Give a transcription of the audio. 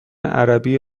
عربی